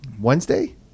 Wednesday